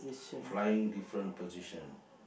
flying different position